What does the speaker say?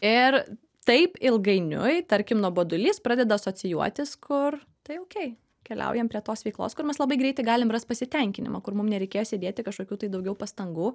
ir taip ilgainiui tarkim nuobodulys pradeda asocijuotis kur tai okėj keliaujam prie tos veiklos kur mes labai greitai galim rast pasitenkinimą kur mum nereikės įdėti kažkokių tai daugiau pastangų